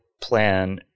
plan